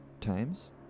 times